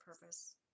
purpose